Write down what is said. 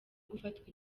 gufatwa